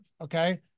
Okay